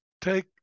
take